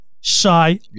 shy